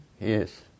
Yes